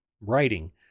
writing